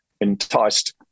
enticed